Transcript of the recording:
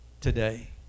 today